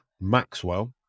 Maxwell